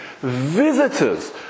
visitors